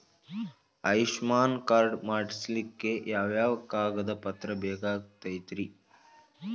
Ayushman card ಮಾಡ್ಸ್ಲಿಕ್ಕೆ ಯಾವ ಯಾವ ಕಾಗದ ಪತ್ರ ಬೇಕಾಗತೈತ್ರಿ?